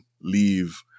leave